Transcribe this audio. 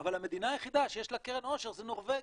אבל המדינה היחידה שיש לה קרן עושר זו נורבגיה,